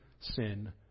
sin